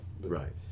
right